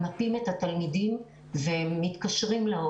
הסייע שמלווה אותם בשגרה ולתווך את הלמידה שמתנהלת